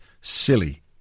silly